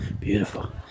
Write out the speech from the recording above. Beautiful